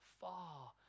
far